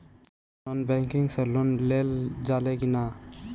Non banking से loan लेल जा ले कि ना?